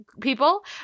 people